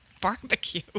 Barbecue